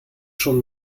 schon